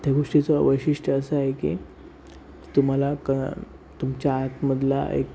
त्या गोष्टीचं वैशिष्ट्य असं आहे की तुम्हाला का तुमच्या आतमधला एक